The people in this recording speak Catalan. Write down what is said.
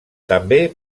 també